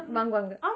வாங்குவாங்க:vanguvanga